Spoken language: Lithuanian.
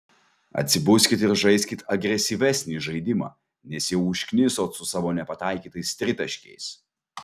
atsibuskit ir žaiskit agresyvesnį žaidimą nes jau užknisot su savo nepataikytais tritaškiais